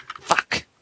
Fuck